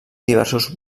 diversos